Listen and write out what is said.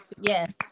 Yes